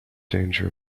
danger